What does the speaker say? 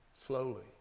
slowly